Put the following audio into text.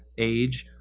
age,